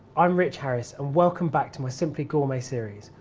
um rich harris and welcome back to my simply gourmet series,